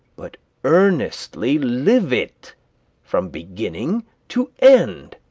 but earnestly live it from beginning to end.